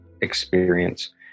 experience